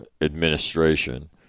administration